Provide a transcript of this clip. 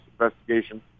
investigation